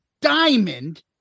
Diamond